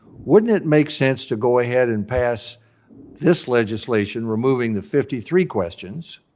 wouldn't it make sense to go ahead and pass this legislation, removing the fifty three questions,